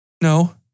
No